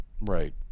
Right